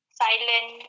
silent